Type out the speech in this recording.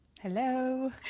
Hello